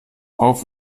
auf